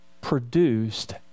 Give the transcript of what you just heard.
produced